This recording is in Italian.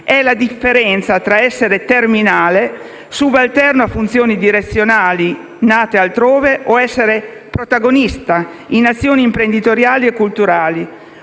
È la differenza tra essere terminale e subalterno a funzioni direzionali nate altrove o essere protagonista in azioni imprenditoriali e culturali.